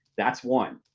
that's one.